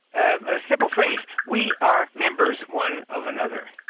a simple phrase we are members one of another.